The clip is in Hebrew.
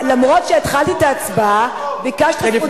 אף שהתחלתי את ההצבעה, ביקשת זכות דיבור.